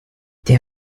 der